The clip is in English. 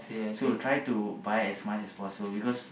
so try to buy as much as possible because